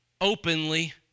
openly